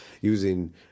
using